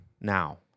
now